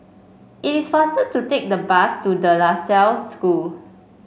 it is faster to take the bus to De La Salle School